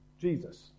Jesus